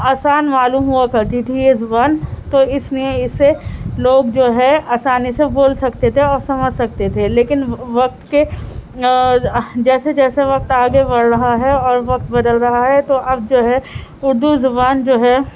آسان معلوم ہوا کرتی تھی یہ زبان تو اس لیے اسے لوگ جو ہے آسانی سے بول سکتے تھے اور سمجھ سکتے تھے لیکن وقت کے جیسے جیسے وقت آگے بڑھ رہا ہے اور وقت بدل رہا ہے تو اب جو ہے اردو زبان جو ہے